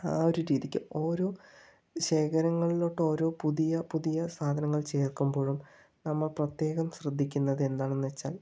ആ ഒരു രീതിയ്ക്ക് ഓരോ ശേഖരങ്ങളിലോട്ട് ഓരോ പുതിയ പുതിയ സാധനങ്ങൾ ചേർക്കുമ്പോഴും നമ്മൾ പ്രത്യേകം ശ്രദ്ധിക്കുന്നത് എന്താണെന്ന് വെച്ചാൽ